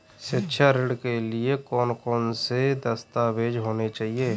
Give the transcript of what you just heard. शिक्षा ऋण के लिए कौन कौन से दस्तावेज होने चाहिए?